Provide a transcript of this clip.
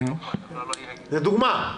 לדוגמה.